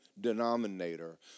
denominator